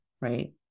right